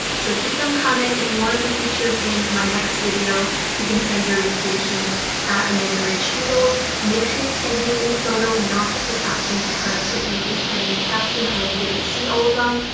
so, keep them coming if you want to be featured in my next video you can send your re-creations amandarachdoodles make sure you tag me in the photo, not just the caption because if you just tag me in the caption i won't be able to see all of them.